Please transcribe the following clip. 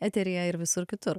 eteryje ir visur kitur